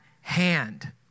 hand